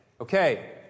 Okay